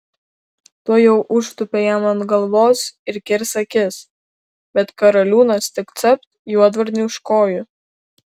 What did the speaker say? tuojau užtūpė jam ant galvos ir kirs akis bet karaliūnas tik capt juodvarnį už kojų